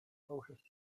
otis